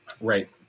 Right